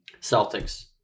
Celtics